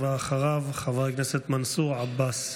אחריו, חבר הכנסת מנסור עבאס.